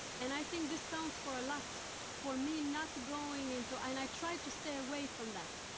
and i think this counts for a lot, for me not going into and i tried to stay away from that,